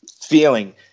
feeling